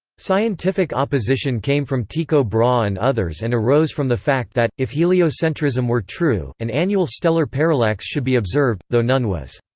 scientific opposition came from tycho brahe and others and arose from the fact that, if heliocentrism were true, an annual stellar parallax should be observed, though none was.